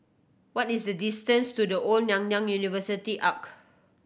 what is the distance to The Old Nanyang University Arch